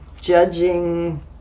judging